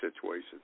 situations